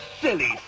silly